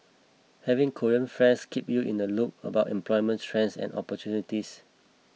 having Korean friends keep you in the loop about employment trends and opportunities